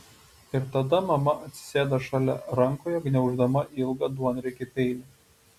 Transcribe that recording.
ir tada mama atsisėda šalia rankoje gniauždama ilgą duonriekį peilį